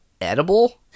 edible